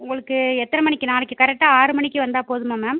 உங்களுக்கு எத்தனை மணிக்கு நாளைக்கு கரெக்டாக ஆறு மணிக்கு வந்தால் போதுமா மேம்